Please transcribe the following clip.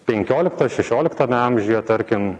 penkiolikto šešioliktame amžiuje tarkim